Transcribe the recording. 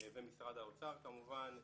ומשרד האוצר כמובן,